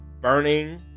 burning